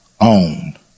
own